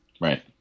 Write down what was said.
Right